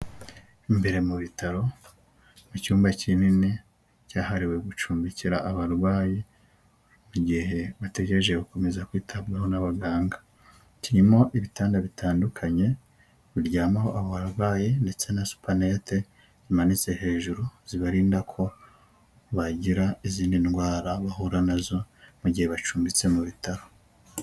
Imbere mu bitaro mu cyumba kinini cyahariwe gucumbikira abarwayi, mu gihe bategereje gukomeza kwitabwaho n'abaganga, kirimo ibitanda bitandukanye, biryamaho abo barwayi ndetse na supanete zimanitse hejuru, zibarinda ko bagira izindi ndwara bahura nazo mu gihe bacumbitse mu bitaro.